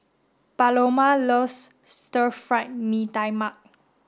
Paloma loves stir fried Mee Tai Mak